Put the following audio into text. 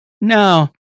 No